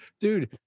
dude